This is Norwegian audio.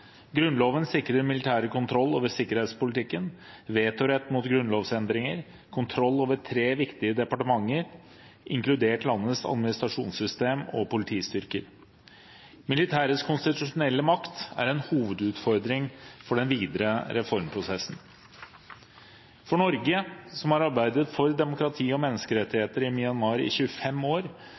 Grunnloven sikrer militæret kontroll over sikkerhetspolitikken, vetorett mot grunnlovsendringer, kontroll over tre viktige departementer, inkludert landets administrasjonssystem og politistyrker. Militærets konstitusjonelle makt er en hovedutfordring for den videre reformprosessen. For Norge, som har arbeidet for demokrati og menneskerettigheter i Myanmar i 25 år,